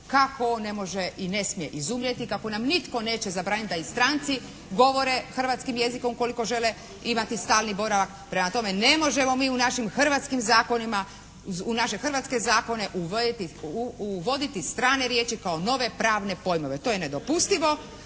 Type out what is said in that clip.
Kako on ne može i ne smije izumrijeti. Kako nam nitko neće zabraniti da i stranci govore hrvatskim jezikom ukoliko žele imati stalni boravak. Prema tome ne možemo mi u našim hrvatskim zakonima, u naše hrvatske zakone uvoditi strane riječi kao nove pravne pojmove. To je nedopustivo,